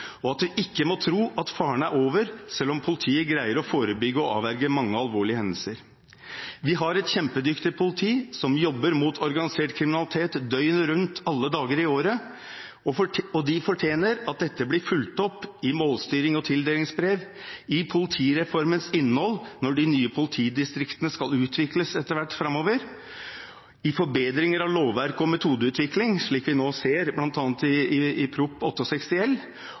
og at vi ikke må tro at faren er over selv om politiet greier å forebygge og avverge mange alvorlige hendelser. Vi har et kjempedyktig politi, som jobber mot organisert kriminalitet døgnet rundt alle dager i året, og de fortjener at dette blir fulgt opp i målstyring og tildelingsbrev, i politireformens innhold når de nye politidistriktene etter hvert skal utvikles framover, i forbedringer av lovverket og metodeutvikling, slik vi nå ser bl.a. i Prop. 68 L, og i ressurstildelingen i